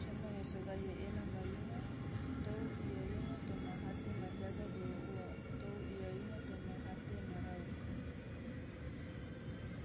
coma yo sogahi ena ma linga tou iya ino toma hate ma jaga bolo ua tou iya ino toma hate ma rau.